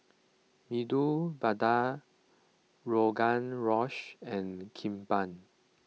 Medu Vada Rogan Rosh and Kimbap